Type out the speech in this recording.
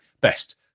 best